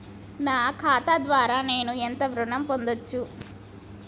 నా ఖాతా ద్వారా నేను ఎంత ఋణం పొందచ్చు?